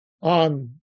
on